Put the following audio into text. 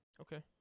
Okay